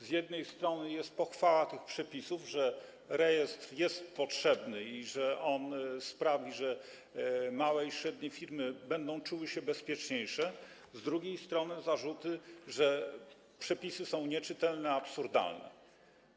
Z jednej strony jest pochwała tych przepisów, że rejestr jest potrzebny i że on sprawi, że małe i średnie firmy będą czuły się bezpieczniej, z drugiej strony są zarzuty, że przepisy są nieczytelne, absurdalne.